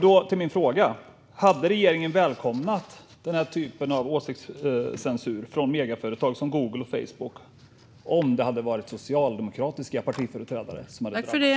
Då till min fråga: Hade regeringen välkomnat den här typen av åsiktscensur från megaföretag som Google och Facebook om det hade varit socialdemokratiska partiföreträdare som hade drabbats?